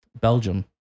Belgium